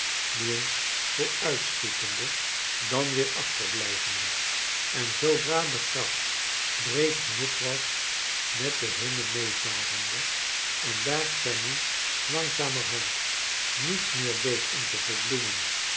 nu eens vooruitschietende dan weer achterblijvende en zoodra de gracht breed genoeg was met de hunne mee varende en daar fanny langzamerhand niets meer deed om te verbloemen